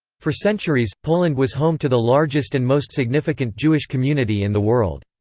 for centuries, poland was home to the largest and most significant jewish community in the world.